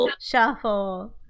Shuffle